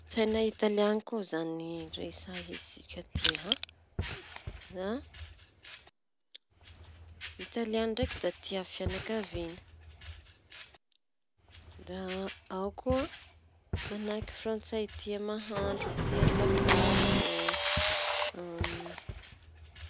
Ny kolon-tsaina italiana koa izañy resahintsika ty a! Italiany ndraiky da tia fianakaviana da ao koa manahaky frantsay tia mahandro, tia sakafo.